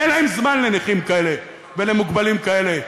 אין להם זמן לנכים כאלה ולמוגבלים כאלה.